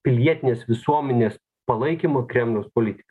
pilietinės visuomenės palaikymą kremliaus politiką